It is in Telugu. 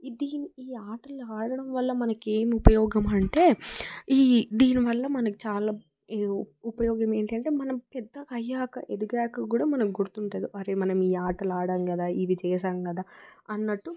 ఇది ఈ ఆటలు ఆడటం వల్ల మనకి ఏం ఉపయోగమంటే ఈ దీనివల్ల మనకి చాలా ఉపయోగం ఏంటి అంటే మన పెద్దకయ్యాక ఎదిగాక కూడా మనం గుర్తుంటాయి అరే మనం ఈ ఆటలు ఆడాం కదా ఇవి చేసాం కదా అన్నట్టు